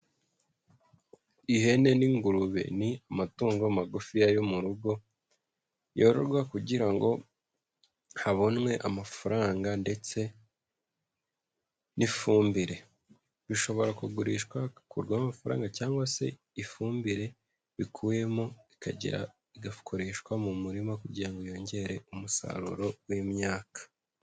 Ihene n'ingurube ni amatungo magufiya yo mu rugo, yororwa kugira ngo habonwe amafaranga ndetse n'ifumbire, bishobora kugurishwa hagakurwamo amafaranga, cyangwa se ifumbire bikuyemo ikagera igakoreshwa mu murima kugira ngo yongere umusaruro w'imyaka.